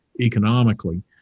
economically